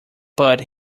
but